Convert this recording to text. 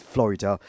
Florida